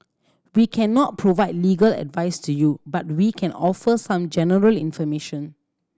we cannot provide legal advice to you but we can offer some general information